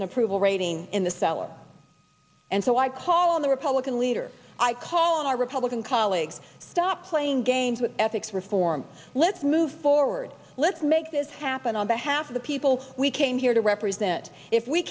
an approval rating in the cellar and so i call on the republican leader i call on our republican colleagues stop playing games with ethics reform let's move forward let's make this happen on behalf of the people we came here to represent if we